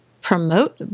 promote